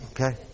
Okay